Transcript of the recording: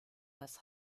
das